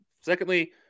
secondly